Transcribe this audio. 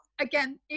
again